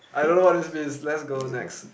I don't know what this means let's go next